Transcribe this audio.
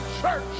church